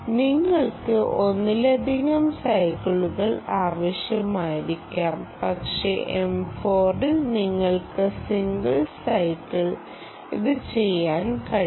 നിങ്ങൾക്ക് ഒന്നിലധികം സൈക്കിളുകൾ ആവശ്യമായിരിക്കാം പക്ഷേ M 4ൽ നിങ്ങൾക്ക് സിംഗിൾ സൈക്കിളിൽ ഇത് ചെയ്യാൻ കഴിയും